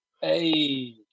Hey